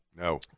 No